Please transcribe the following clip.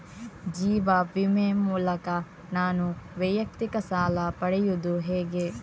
ಜೀವ ವಿಮೆ ಮೂಲಕ ನಾನು ವೈಯಕ್ತಿಕ ಸಾಲ ಪಡೆಯುದು ಹೇಗೆ?